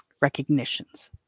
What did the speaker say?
recognitions